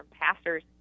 pastors